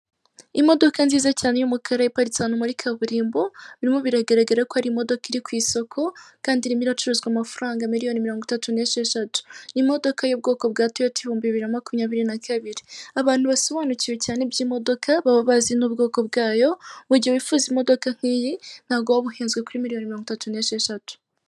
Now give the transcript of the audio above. Imodoka nziza cyane yo mu karere iparitse abantu muri kaburimbo, birimo biragaragara ko ari imodoka iri ku isoko, kandi irimo iracuruzwa amafaranga miliyoni mirongo itatu n'esheshatu. Ni imodoka y'ubwoko bwa toyota ibihumbi bibiri na makumyabiri na kabiri. Abantu basobanukiwe cyane iby'imodoka baba bazi n'ubwoko bwayo, mu gihe bwifuza imodoka nk'iyi, ntago waba uhenzwe kuri miliyoni mirongo itatu n'esheshatu.